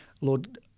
Lord